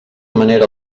manera